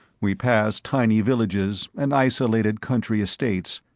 we passed tiny villages and isolated country estates,